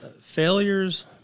failures